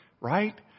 right